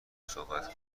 صحبت